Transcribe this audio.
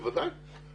בוודאי.